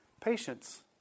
Patience